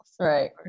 Right